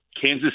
Kansas